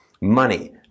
money